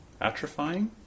Atrophying